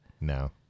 No